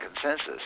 consensus